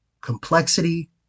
complexity